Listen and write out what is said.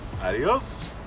Adiós